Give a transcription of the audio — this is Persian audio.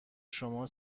شما